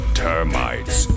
termites